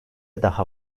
daha